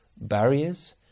barriers